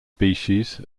species